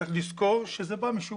צריך לזכור שזה בא משום